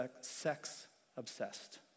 sex-obsessed